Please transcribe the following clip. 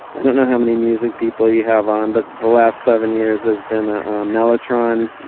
i don't know how many music people you have on. but the last seven years, there's been a mellotron.